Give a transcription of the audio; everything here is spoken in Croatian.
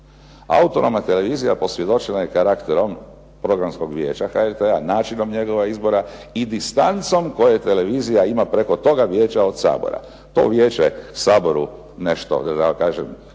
Autonomna televizija posvjedočena je karakterom Programskog vijeća HRT-a, načinom njegova izbora i distancom koju televizija ima preko toga vijeća od Sabora. To vijeće Saboru nešto da tako kažem